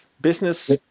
Business